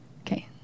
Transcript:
okay